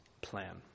plan